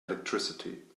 electricity